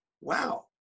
wow